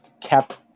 kept